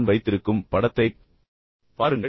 நான் வைத்திருக்கும் படத்தைப் பாருங்கள்